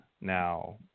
now